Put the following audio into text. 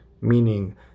meaning